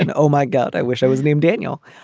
and oh, my god. i wish i was named daniel.